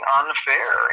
unfair